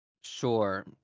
Sure